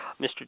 Mr